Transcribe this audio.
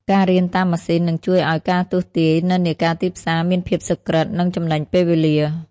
ការរៀនតាមម៉ាស៊ីននឹងជួយឱ្យការទស្សន៍ទាយនិន្នាការទីផ្សារមានភាពសុក្រិត និងចំណេញពេលវេលា។